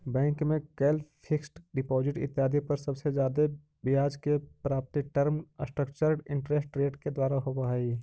bank में कैल fixed deposit इत्यादि पर सबसे जादे ब्याज के प्राप्ति टर्म स्ट्रक्चर्ड इंटरेस्ट रेट के द्वारा होवऽ हई